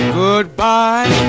goodbye